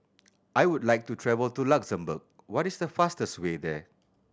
I would like to travel to Luxembourg what is the fastest way there